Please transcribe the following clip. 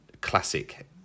classic